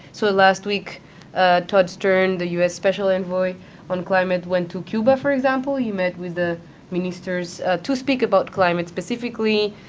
so last week todd stern, the us special envoy on climate, went to cuba, for example. he met with the ministers to speak about climate specifically.